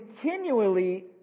continually